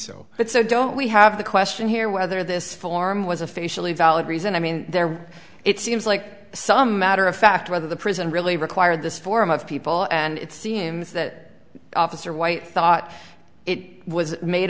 so but so don't we have the question here whether this form was officially valid reason i mean there it seems like some matter of fact whether the prison really required this form of people and it seems that officer white thought it was made